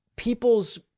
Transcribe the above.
people's